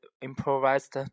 improvised